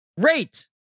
rate